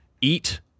eat